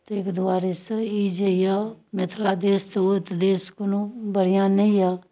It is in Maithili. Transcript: ताहिके दुआरे से ई जे यए मिथिला देश तिरहुत देश कोनो बढ़िआँ नहि यए